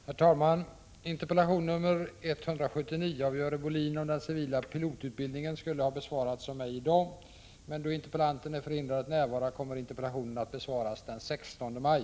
Herr talman! Interpellation 179 av Görel Bohlin om den civila pilotutbildningen skulle ha besvarats av mig i dag. Då interpellanten är förhindrad att närvara, kommer interpellationen att besvaras den 16 maj.